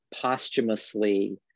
posthumously